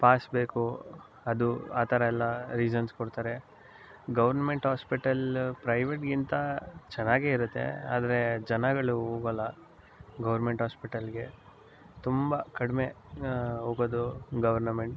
pass ಬೇಕು ಅದು ಆ ಥರ ಎಲ್ಲ ರೀಸನ್ಸ್ ಕೊಡ್ತಾರೆ ಗೌರ್ನಮೆಂಟ್ ಆಸ್ಪೆಟಲ್ ಪ್ರೈವೇಟ್ಗಿಂತ ಚೆನ್ನಾಗೆ ಇರುತ್ತೆ ಆದರೆ ಜನಗಳು ಹೋಗೊಲ್ಲ ಗೋರ್ಮೆಂಟ್ ಆಸ್ಪೆಟಲ್ಗೆ ತುಂಬ ಕಡಿಮೆ ಹೋಗೋದು ಗೌರ್ನಮೆಂಟ್